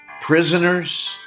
Prisoners